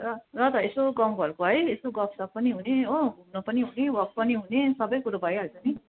र र त यसो गाउँघरको है यसो गफसफ पनि हुने हो घुम्नु पनि हुने वाक पनि हुने सबै कुरो भइहाल्छ नि